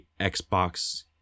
Xbox